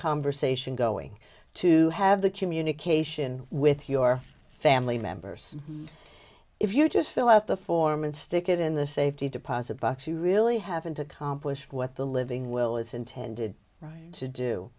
conversation going to have the communication with your family members if you just fill out the form and stick it in the safety deposit box you really haven't accomplished what the living will is intended